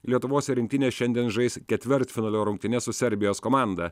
lietuvos rinktinė šiandien žais ketvirtfinalio rungtynes su serbijos komanda